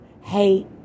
hate